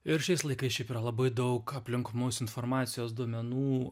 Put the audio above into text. ir šiais laikais šiaip yra labai daug aplink mus informacijos duomenų